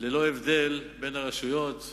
ללא הבדל בין הרשויות,